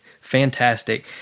Fantastic